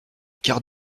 quart